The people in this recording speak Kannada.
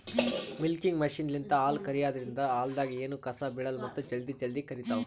ಮಿಲ್ಕಿಂಗ್ ಮಷಿನ್ಲಿಂತ್ ಹಾಲ್ ಕರ್ಯಾದ್ರಿನ್ದ ಹಾಲ್ದಾಗ್ ಎನೂ ಕಸ ಬಿಳಲ್ಲ್ ಮತ್ತ್ ಜಲ್ದಿ ಜಲ್ದಿ ಕರಿತದ್